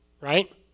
right